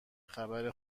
خبر